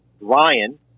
Ryan